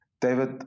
David